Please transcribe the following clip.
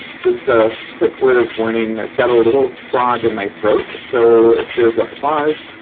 just a quick word of warning i've got a little frog in my throat. so if there's a pause,